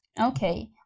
okay